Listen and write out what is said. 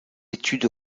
études